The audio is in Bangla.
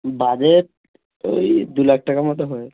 বাজেট ওই দু লাখ টাকা মতন হবে